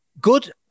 Good